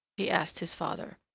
he asked his father.